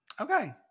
okay